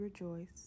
rejoice